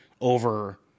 over